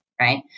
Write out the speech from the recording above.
Right